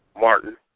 Martin